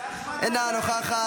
אינה נוכחת,